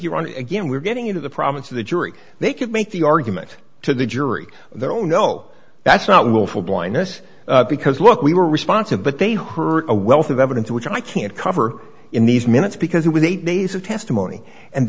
you're on again we're getting into the province of the jury they could make the argument to the jury their own no that's not willful blindness because look we were responsive but they heard a wealth of evidence which i can't cover in these minutes because it was eight days of testimony and